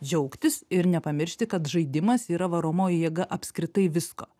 džiaugtis ir nepamiršti kad žaidimas yra varomoji jėga apskritai visko